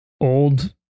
old